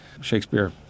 Shakespeare